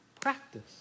practice